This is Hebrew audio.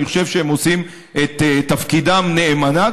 אני חושב שהם עושים את תפקידם נאמנה,